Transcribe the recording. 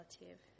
relative